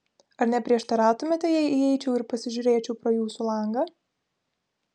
ar neprieštarautumėte jei įeičiau ir pasižiūrėčiau pro jūsų langą